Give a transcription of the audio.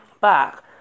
back